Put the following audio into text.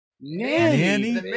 Nanny